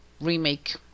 remake